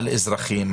על אזרחים,